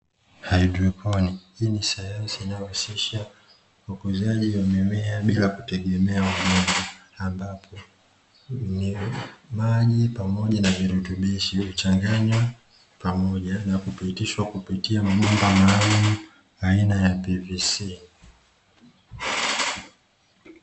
Hydroponi, hii ni sayansi inayohusisha ukuzaji wa mimea bila kutegemea udongo. Ambapo maji pamoja na virutubishi huchanganywa pamoja na kupitishwa kupitia mabomba maalumu aina ya "PVC".